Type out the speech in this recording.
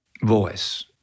voice